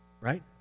Right